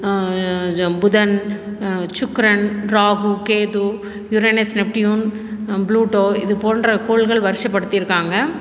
புதன் Sukran Rahu Ketu Uranus Neptune Pluto இது போன்ற கோள்கள் வரிசைப்படுத்திருக்காங்க